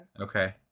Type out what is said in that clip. Okay